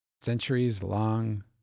centuries-long